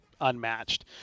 unmatched